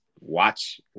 watch